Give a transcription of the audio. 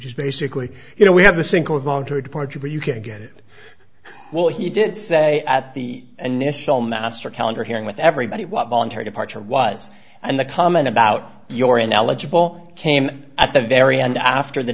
is basically you know we have the single voluntary departure but you can get it well he did say at the initial master calendar hearing with everybody what voluntary departure was and the comment about your ineligible came at the very end after the